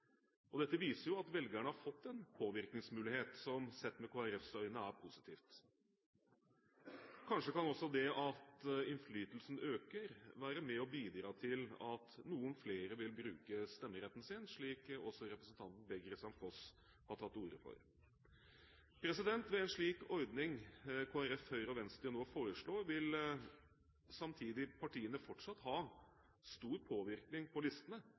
noen. Dette viser jo at velgerne har fått en påvirkningsmulighet som, sett med Kristelig Folkepartis øyne, er positiv. Kanskje kan også det at innflytelsen øker, være med og bidra til at noen flere vil bruke stemmeretten sin – slik også representanten Per-Kristian Foss har tatt til orde for. Ved en slik ordning som Kristelig Folkeparti, Høyre og Venstre nå foreslår, vil partiene samtidig fortsatt ha stor påvirkning på listene,